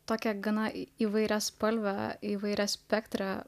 tokią gana įvairiaspalvę įvairią spektrą